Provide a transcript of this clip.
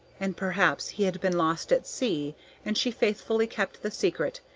and perhaps he had been lost at sea and she faithfully kept the secret,